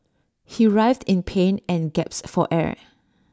he writhed in pain and gasped for air